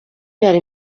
yari